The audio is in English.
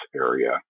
area